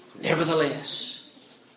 Nevertheless